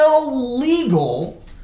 illegal